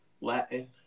Latin